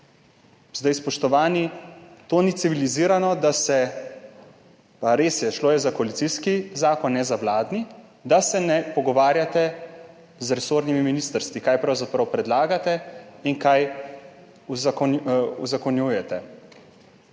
pojma. Spoštovani, to ni civilizirano, res je, šlo je za koalicijski zakon, ne za vladni, da se ne pogovarjate z resornimi ministrstvi, kaj pravzaprav predlagate in kaj uzakonjujete.